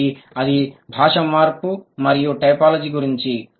కాబట్టి అది భాష మార్పు మరియు టైపోలాజీ గురించి